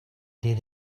did